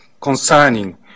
concerning